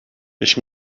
ich